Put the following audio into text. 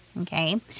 okay